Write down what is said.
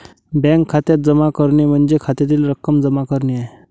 bank खात्यात जमा करणे म्हणजे खात्यातील रक्कम जमा करणे आहे